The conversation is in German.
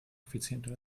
effizienter